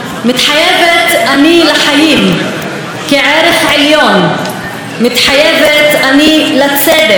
מתחייבת אני לחיים כערך עליון, מתחייבת אני לצדק,